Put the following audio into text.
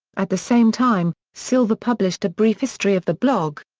at the same time, silver published a brief history of the blog.